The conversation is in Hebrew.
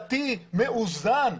מידתי ומאוזן.